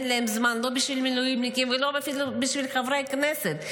אין להם זמן לא בשביל המילואימניקים ואפילו לא בשביל חברי הכנסת.